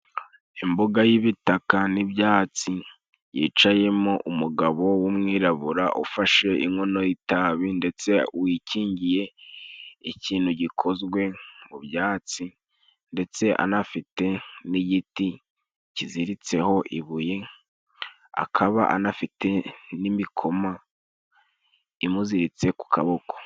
Imbuga y'ibitaka n'ibyatsi, yicayemo umugabo w'umwirabura ufashe inkono y'itabi ndetse wikingiye ikintu gikozwe mu byatsi, ndetse anafite n'igiti kiziritseho ibuye, akaba anafite n'imikoma imuziritse ku kaboko.